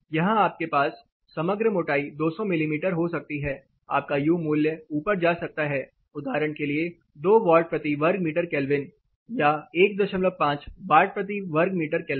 यहां आपके पास समग्र मोटाई 200 मिमी हो सकती है आपका यू मूल्य ऊपर जा सकता है उदाहरण के लिए 2 वाट प्रति वर्ग मीटर केल्विन या 15 वाट प्रति वर्ग मीटर केल्विन